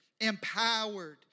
Empowered